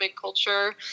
culture